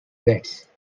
bats